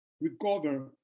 recover